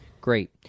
Great